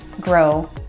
grow